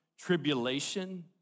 tribulation